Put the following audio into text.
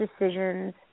decisions